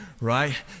right